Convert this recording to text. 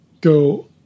go